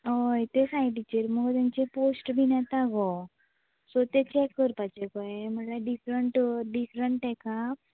हय ते सायटीचेर मगो तेंच्या ते पोस्ट बीन येता गो सो ते चेक करपाचे कळ्ळें म्हणल्यार डिफरंट डिफरंट हाका